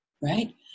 right